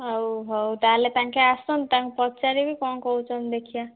ହଉ ହଉ ତା'ହେଲେ ତାଙ୍କେ ଆସନ୍ତୁ ତାଙ୍କୁ ପଚାରିବି କ'ଣ କହୁଛନ୍ତି ଦେଖିବା